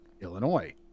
illinois